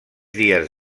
dies